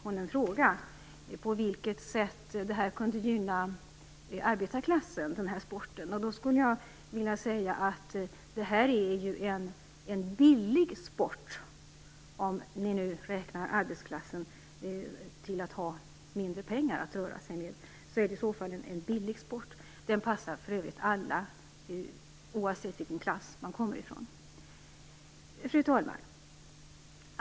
Hon undrade på vilket sätt den här sporten kan gynna arbetarklassen. Då skulle jag vilja säga att det är en billig sport, om man räknar med att arbetarklassen har mindre pengar att röra sig med. Den passar för övrigt alla, oavsett vilken klass man kommer från. Fru talman!